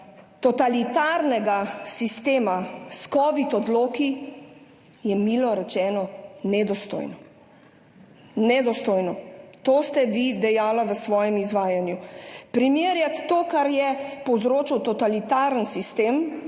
totalitarnega sistema s covid odloki, je, milo rečeno, nedostojno. Nedostojno. To ste vi dejali v svojem izvajanju. Primerjati to, kar je povzročil totalitarni sistem